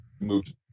moved